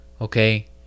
Okay